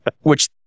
which-